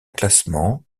classement